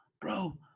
bro